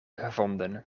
gevonden